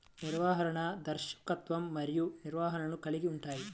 నిర్వహణ, దర్శకత్వం మరియు నిర్వహణను కలిగి ఉంటాయి